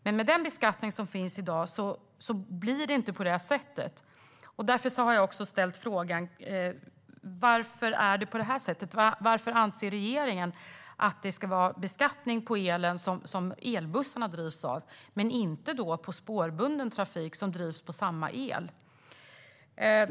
Med den beskattning som finns i dag blir det dock inte så, och därför har jag ställt frågan varför det är på det här sättet. Varför anser regeringen att det ska vara beskattning på den el som elbussarna drivs med men inte på spårbunden trafik som drivs med samma el?